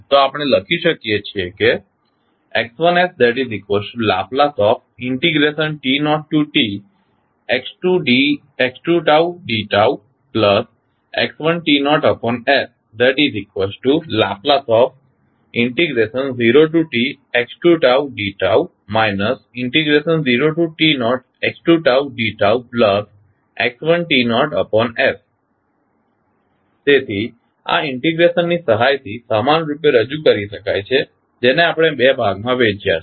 તો આપણે લખી શકીએ છીએ X1sLt0tx2dτx1sL0tx2dτ 0t0x2dτx1s તેથી આ ઇન્ટિગ્રેશન ની સહાયથી સમાનરૂપે રજૂ કરી શકાય છે જેને આપણે બે ભાગમાં વહેંચ્યા છે